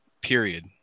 period